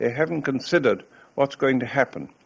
and haven't considered what's going to happen.